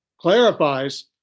clarifies